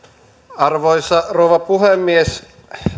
arvoisa rouva puhemies